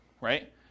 right